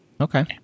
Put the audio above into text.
Okay